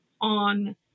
on